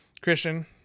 Christian